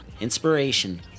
inspiration